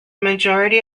majority